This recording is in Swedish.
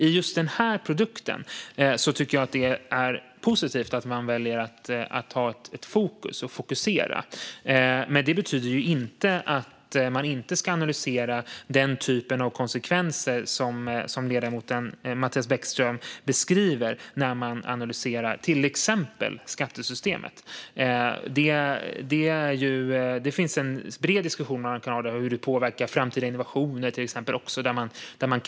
I just den här produkten tycker jag att det är positivt att man väljer att ha ett fokus, men det betyder ju inte att man inte ska analysera den typ av konsekvenser som ledamoten Mattias Bäckström Johansson beskriver, till exempel skattesystemet. Det finns en bred diskussion om hur det påverkar till exempel framtida innovationer.